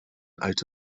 out